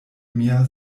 mia